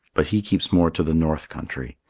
but he keeps more to the north country,